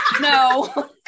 no